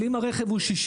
אבל אם הרכב הוא 60%,